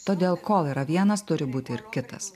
todėl kol yra vienas turi būti ir kitas